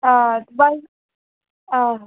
हां बस हां